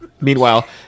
meanwhile